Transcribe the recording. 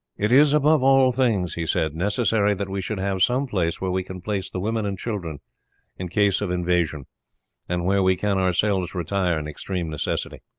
it is, above all things, he said, necessary that we should have some place where we can place the women and children in case of invasion and where we can ourselves retire in extreme necessity.